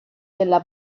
della